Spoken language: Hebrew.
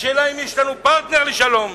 השאלה אם יש לנו פרטנר לשלום.